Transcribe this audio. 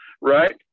right